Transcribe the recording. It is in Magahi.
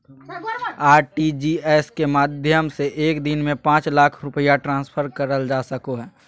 आर.टी.जी.एस के माध्यम से एक दिन में पांच लाख रुपया ट्रांसफर करल जा सको हय